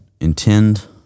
intend